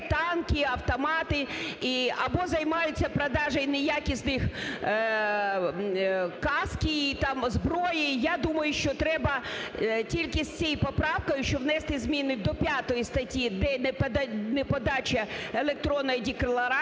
танки, автомати або займаються продажою не якісних каски і, там, зброї. Я думаю, що треба тільки з цією поправкою, що внести зміни до 5 статті, де не подача електронної декларації,